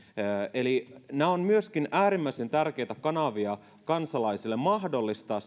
eli nämä ovat myöskin äärimmäisen tärkeitä kanavia kansalaisille mahdollistaa